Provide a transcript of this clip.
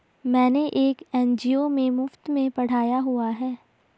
मैंने एक एन.जी.ओ में मुफ़्त में पढ़ाया हुआ है